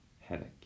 headache